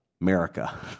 America